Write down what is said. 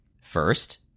first